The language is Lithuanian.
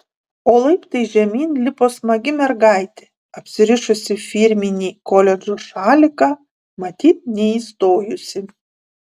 o laiptais žemyn lipo smagi mergaitė apsirišusi firminį koledžo šaliką matyt neįstojusi